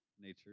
nature